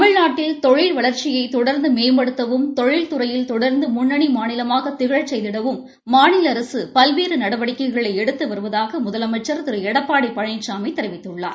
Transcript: தமிழ்நாட்டில் தொழில் வளர்ச்சியை தொடர்ந்து மேம்படுத்தவும் தொழில் துறையில் தொடர்ந்து முன்னணி மாநிலமாக திகழகச் செய்திடவும் மாநில அரசு பல்வேறு நடவடிக்கைகளை எடுத்து வருவதாக முதலமைச்சள் திரு எடப்பாடி பழனிசாமி தெரிவித்துள்ளார்